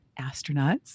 astronauts